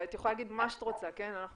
את יכולה להגיד מה שאת רוצה, כן?